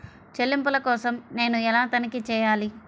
చెల్లింపుల కోసం నేను ఎలా తనిఖీ చేయాలి?